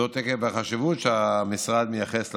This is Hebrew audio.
זאת, עקב החשיבות שהמשרד מייחס לנושא,